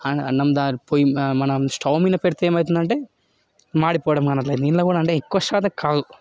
అన్నం పొయ్యి మనం స్టవ్ మీన పెడితే ఏమవుతుందంటే మాడిపోవడం కానీ అట్లా అయితుంది అంటే ఇల్ల కూడా ఎక్కువ శాతం కాదు